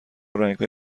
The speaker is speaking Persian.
رنگهای